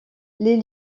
les